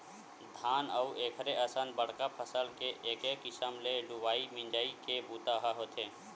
धान अउ एखरे असन बड़का फसल के एके किसम ले लुवई मिजई के बूता ह होथे